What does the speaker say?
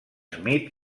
smith